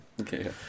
Okay